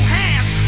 hands